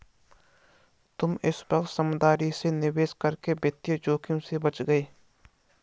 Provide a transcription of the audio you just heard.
तुम इस वक्त समझदारी से निवेश करके वित्तीय जोखिम से बच गए